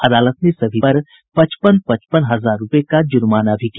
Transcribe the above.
अदालत ने सभी पर पचपन पचपन हजार रुपये का जुर्माना भी किया